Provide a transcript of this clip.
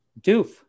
Doof